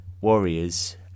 warriors